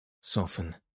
soften